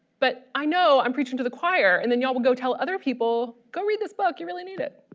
but i know i'm preaching to the choir and then you all will go tell other people go read this book you really need it